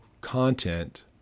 content